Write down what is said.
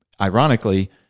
ironically